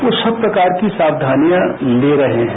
वो सब प्रकार की सावधानियां ले रहे हैं